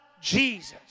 Jesus